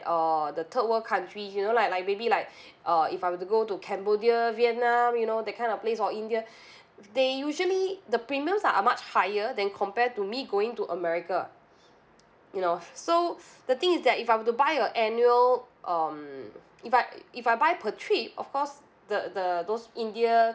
err the third world country you know like like maybe like uh if I were to go to cambodia vietnam you know that kind of place or india they usually the premiums are much higher than compare to me going to america you know so the thing is that if I were to buy an annual um if I if I buy per trip of course the the those india